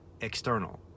external